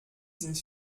sind